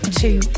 two